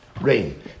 Rain